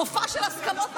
מופע של הסכמות,